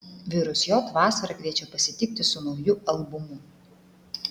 virus j vasarą kviečia pasitikti su nauju albumu